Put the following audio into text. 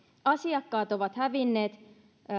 asiakkaat ovat hävinneet